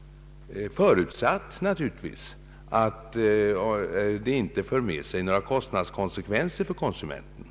— förutsatt naturligtvis att det inte för med sig några kostnadskonsekvenser för konsumenten.